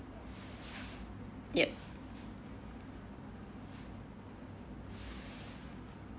yep